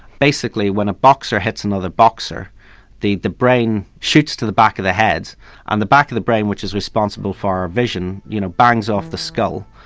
basically when a boxer hits another boxer the the brain shoots to the back of the head and the back of the brain which is responsible for our vision you know bangs off the skull,